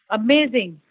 amazing